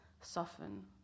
soften